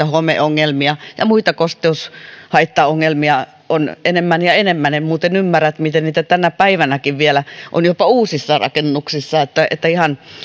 homeongelmia ja muita kosteushaittaongelmia on enemmän ja enemmän en muuten ymmärrä miten niitä vielä tänä päivänäkin on jopa uusissa rakennuksissa